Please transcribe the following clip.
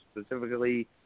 specifically